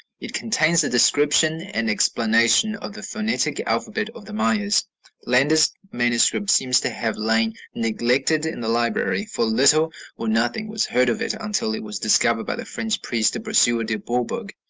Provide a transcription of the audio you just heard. it contains a description and explanation of the phonetic alphabet of the mayas. landa's manuscript seems to have lain neglected in the library, for little or nothing was heard of it until it was discovered by the french priest brasseur de bourbourg,